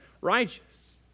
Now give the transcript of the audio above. righteous